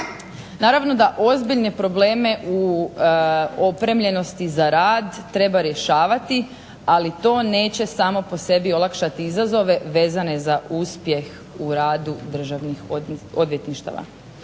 Naravno da ozbiljne probleme u opremljenosti za rad treba rješavati ali to samo neće po sebi olakšati izazove vezane za uspjeh o rad državnih odvjetništava.